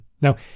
Now